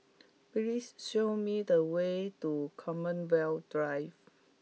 please show me the way to Commonwealth Drive